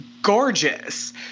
Gorgeous